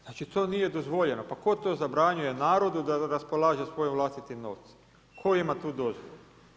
Znači to nije dozvoljeno, pa tko to zabranjuje narodu da raspolaže svojim vlastitim novcem, tko ima tu dozvolu?